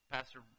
Pastor